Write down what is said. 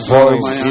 voice